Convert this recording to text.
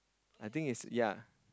I think is ya